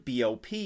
BOP